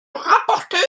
rapporteur